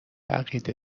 عقیده